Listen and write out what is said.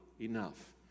enough